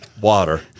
water